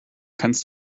kannst